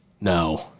No